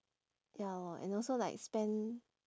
ya lor and also like spend